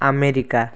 America